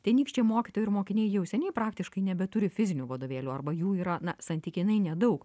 tenykščiai mokytojai ir mokiniai jau seniai praktiškai nebeturi fizinių vadovėlių arba jų yra santykinai nedaug